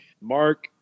mark